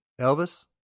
Elvis